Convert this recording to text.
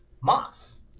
Moss